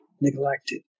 neglected